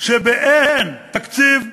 שבאין תקציב,